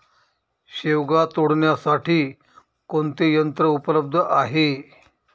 शेवगा तोडण्यासाठी कोणते यंत्र उपलब्ध आहे?